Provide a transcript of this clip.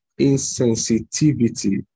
insensitivity